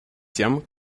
тем